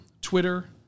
Twitter